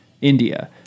India